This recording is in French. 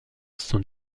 sont